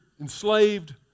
enslaved